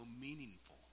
meaningful